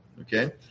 Okay